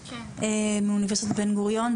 מאונ' בן גוריון,